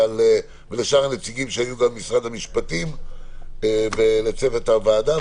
גם לשאר הנציגים ממשרד המשפטים ולצוות הוועדה,